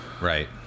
Right